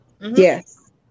yes